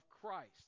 christ